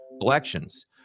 elections